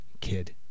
kid